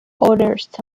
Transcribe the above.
oldest